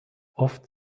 oft